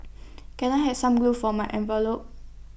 can I have some glue for my envelopes